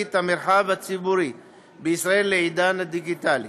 את המרחב הציבורי בישראל לעידן הדיגיטלי.